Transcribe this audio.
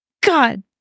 God